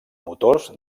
motors